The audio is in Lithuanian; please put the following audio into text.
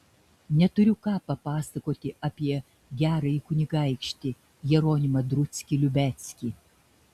neturiu ką papasakoti apie gerąjį kunigaikštį jeronimą druckį liubeckį